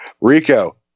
Rico